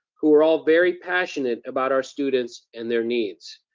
who are all very passionate about our students and their needs.